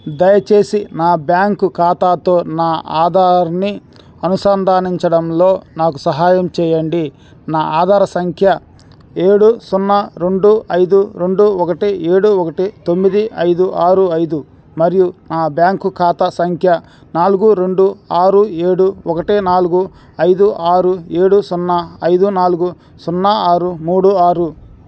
దయచేసి నా బ్యాంకు ఖాతాతో నా ఆధార్ని అనుసంధానించడంలో నాకు సహాయం చేయండి నా ఆధార్ సంఖ్య ఏడు సున్నా రెండు ఐదు రెండు ఒకటి ఏడు ఒకటి తొమ్మిది ఐదు ఆరు ఐదు మరియు నా బ్యాంకు ఖాతా సంఖ్య నాలుగు రెండు ఆరు ఏడు ఒకటి నాలుగు ఐదు ఆరు ఏడు సున్నా ఐదు నాలుగు సున్నా ఆరు మూడు ఆరు